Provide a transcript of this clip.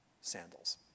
sandals